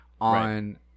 on